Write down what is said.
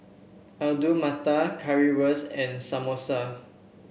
Alu Matar Currywurst and Samosa